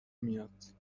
میاد